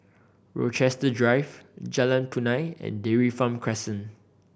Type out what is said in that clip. Rochester Drive Jalan Punai and Dairy Farm Crescent